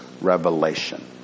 revelation